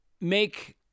make